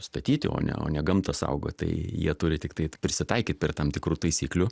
statyti o ne o ne gamta saugot tai jie turi tiktai prisitaikyt prie tam tikrų taisyklių